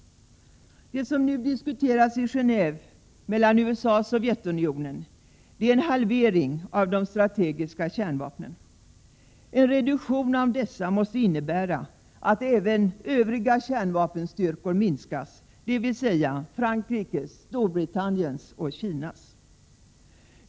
Det som nu diskuteras i Genéve mellan USA och Sovjetunionen är en halvering av de strategiska kärnvapnen. En reduktion av dessa måste innebära att även övriga kärnvapenstyrkor minskas, dvs. Frankrikes, Storbritanniens och Kinas.